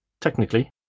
technically